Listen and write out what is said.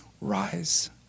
rise